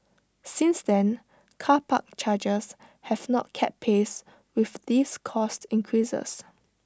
since then car park charges have not kept pace with these cost increases